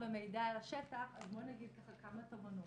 ומידע לשטח אז נגיד כמה תובנות.